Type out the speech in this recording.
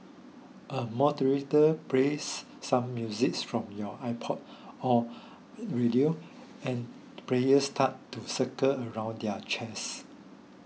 a moderator plays some music's from your iPod or radio and players start to circle around their chairs